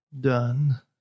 done